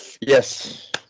Yes